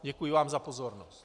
Děkuji vám za pozornost.